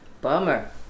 Bummer